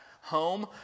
home